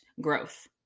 growth